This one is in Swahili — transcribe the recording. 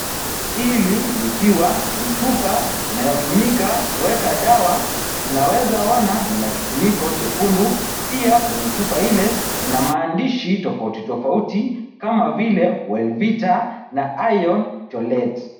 Hili likiwa ni chupa inayotumika kuweka dawa, tunaweza ona lina kifuniko chekundu. Pia kwenye chupa ile, kuna maandishi tofauti tofauti kama vile wellvita na iron tolet .